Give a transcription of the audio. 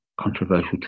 controversial